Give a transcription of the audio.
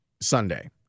Sunday